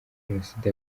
jenoside